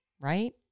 right